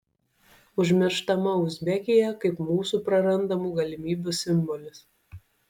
užmirštama uzbekija kaip mūsų prarandamų galimybių simbolis